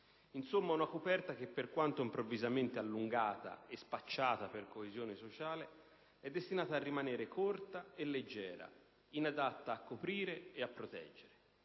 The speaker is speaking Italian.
questa è una coperta che, per quanto improvvisamente allungata e spacciata per coesione sociale, è destinata a rimanere corta e leggera, inadatta a coprire e proteggere.